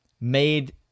made